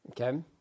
Okay